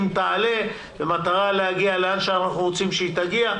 תעלה במטרה להגיע לאן שאנחנו רוצים שהיא תגיע,